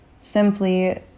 Simply